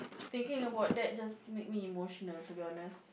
thinking about that just make me emotional to be honest